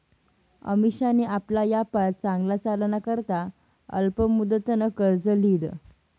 अमिशानी आपला यापार चांगला चालाना करता अल्प मुदतनं कर्ज ल्हिदं